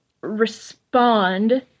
respond